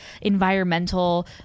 environmental